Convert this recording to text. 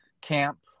camp